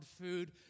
food